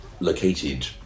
Located